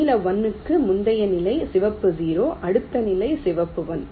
நீல 1 க்கு முந்தைய நிலை சிவப்பு 0 அடுத்த நிலை சிவப்பு 1